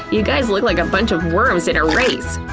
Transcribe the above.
you guys look like a bunch of worms in a race!